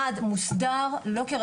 והוא יהיה בתקן מעמד מוסדר של עמית מחקר,